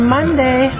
Monday